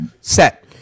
set